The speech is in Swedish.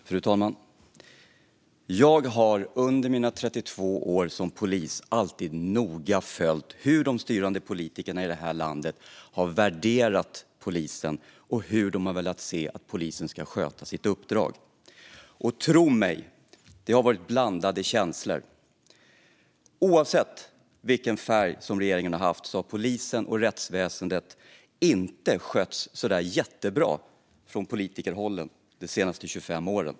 Fru talman! Jag har under mina 32 år som polis alltid noga följt hur de styrande politikerna i det här landet har värderat polisen och hur de har velat se att polisen ska sköta sitt uppdrag. Tro mig: Det har varit blandade känslor. Oavsett vilken färg som regeringen har haft har polisen och rättsväsendet inte skötts så där jättebra från politikerhåll de senaste 25 åren.